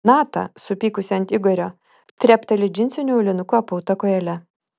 nata supykusi ant igorio trepteli džinsiniu aulinuku apauta kojele